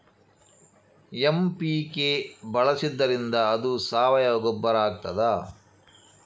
MPK ಬಳಸಿದ್ದರಿಂದ ಅದು ಸಾವಯವ ಗೊಬ್ಬರ ಆಗ್ತದ?